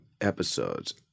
episodes